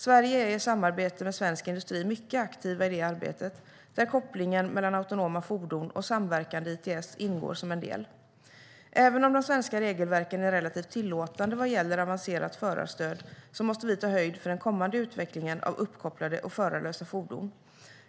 Sverige är, i samarbete med svensk industri, mycket aktivt i det arbetet, där kopplingen mellan autonoma fordon och samverkande ITS ingår som en del. Även om de svenska regelverken är relativt tillåtande vad gäller avancerat förarstöd måste vi ta höjd för den kommande utvecklingen av uppkopplade och förarlösa fordon.